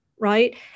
Right